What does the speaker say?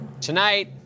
Tonight